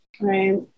Right